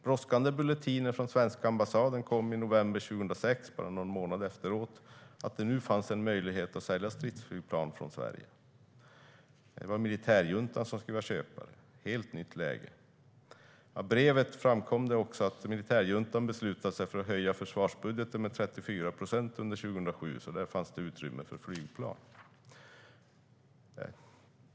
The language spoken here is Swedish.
Brådskande bulletiner från den svenska ambassaden kom bara någon månad efteråt, i november 2006, om att det nu fanns en möjlighet att sälja stridsflygplan från Sverige. Det var militärjuntan som skulle köpa flygplan, och det var ett helt nytt läge. Av brevet framgick det också att militärjuntan hade beslutat sig för att höja försvarsbudgeten med 34 procent under 2007, så där fanns det utrymme för att köpa flygplan.